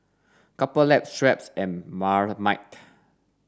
Couple Lab Schweppes and Marmite